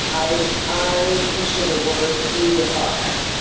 i i picture the word redefine.